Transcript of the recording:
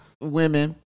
Women